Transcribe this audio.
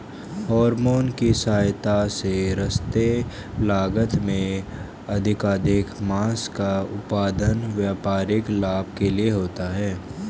hormone की सहायता से सस्ते लागत में अधिकाधिक माँस का उत्पादन व्यापारिक लाभ के लिए होता है